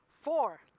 four